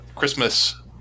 Christmas